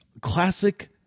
classic